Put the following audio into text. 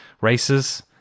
races